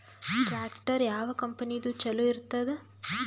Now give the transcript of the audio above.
Tractor ಯಾವ ಕಂಪನಿದು ಚಲೋ ಇರತದ?